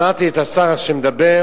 שמעתי את השר שמדבר